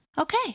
okay